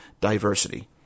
diversity